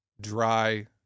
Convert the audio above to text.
dry